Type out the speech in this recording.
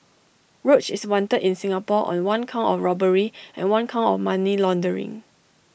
roach is wanted in Singapore on one count of robbery and one count of money laundering